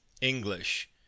English